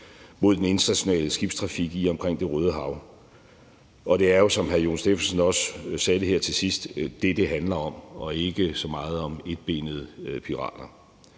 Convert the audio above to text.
mod den internationale skibstrafik i og omkring Det Røde Hav. Det er jo, som hr. Jon Stephensen også sagde det her til sidst, det, som det handler om og ikke så meget om etbenede pirater.